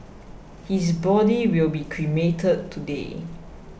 his body will be cremated today